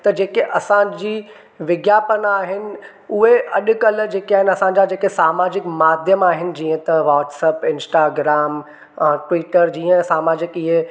त जेके असांजी विज्ञापन आहिनि उहे अॼु कल्ह जेके आहिनि असांजा जेके समाजिक माध्यम आहिनि जिअं त व्हाट्सएप इंस्टाग्राम और ट्वीटर जीअं समाजिक ईअं